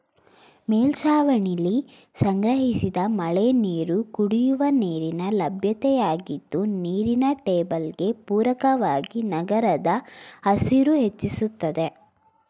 ಮೇಲ್ಛಾವಣಿಲಿ ಸಂಗ್ರಹಿಸಿದ ಮಳೆನೀರು ಕುಡಿಯುವ ನೀರಿನ ಲಭ್ಯತೆಯಾಗಿದ್ದು ನೀರಿನ ಟೇಬಲ್ಗೆ ಪೂರಕವಾಗಿ ನಗರದ ಹಸಿರು ಹೆಚ್ಚಿಸ್ತದೆ